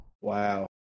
Wow